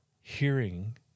hearing